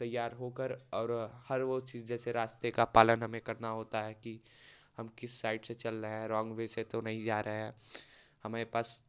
तैयार होकर और हर वो चीज जैसे रास्ते का पालन हमें करना होता है कि हम किस साइड से चल रहे हैं रोंग वे से तो नहीं जा रहे हैं हमारे पास